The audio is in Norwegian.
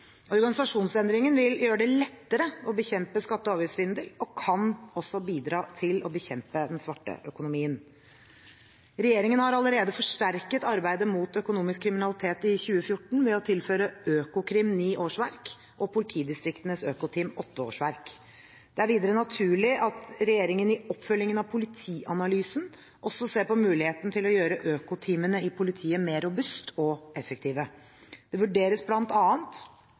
Organisasjonsendringen vil gjøre det lettere å bekjempe skatte- og avgiftssvindel og kan også bidra til å bekjempe den svarte økonomien. Regjeringen har allerede forsterket arbeidet mot økonomisk kriminalitet i 2014 ved å tilføre Økokrim ni årsverk og politidistriktenes økoteam åtte årsverk. Det er videre naturlig at regjeringen i oppfølgingen av Politianalysen også ser på muligheten til å gjøre økoteamene i politiet mer robuste og effektive. Det vurderes